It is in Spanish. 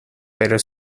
pero